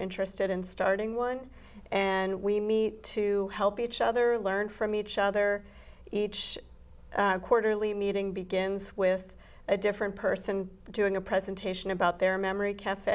interested in starting one and we meet to help each other learn from each other each quarterly meeting begins with a different person doing a presentation about their memory caf